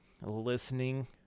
listening